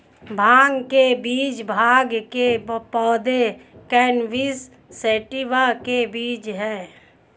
भांग के बीज भांग के पौधे, कैनबिस सैटिवा के बीज हैं